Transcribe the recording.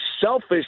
selfish